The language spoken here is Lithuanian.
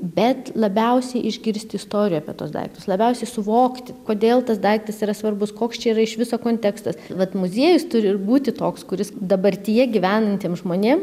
bet labiausiai išgirsti istorijų apie tuos daiktus labiausiai suvokti kodėl tas daiktas yra svarbus koks čia yra iš viso kontekstas vat muziejus turi ir būti toks kuris dabartyje gyvenantiem žmonėm